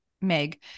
Meg